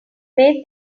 made